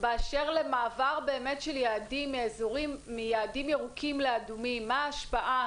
באשר למעבר של יעדים מיעדים ירוקים לאדומים מה השפעה?